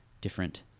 different